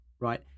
right